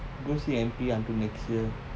go see until next year